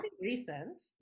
recent